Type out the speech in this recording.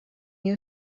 you